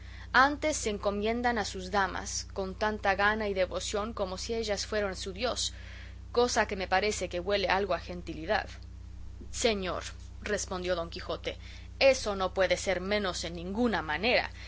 antes se encomiendan a sus damas con tanta gana y devoción como si ellas fueran su dios cosa que me parece que huele algo a gentilidad señor respondió don quijote eso no puede ser menos en ninguna manera